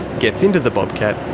gets into the bobcat,